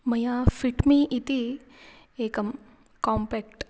मया fit me इति एकं काम्पेक्ट्